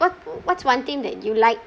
what what's one thing that you liked